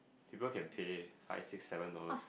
people can pay five six seven dollars